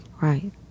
right